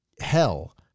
hell